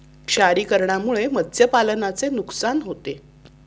क्षारीकरणामुळे मत्स्यपालनाचे नुकसान होते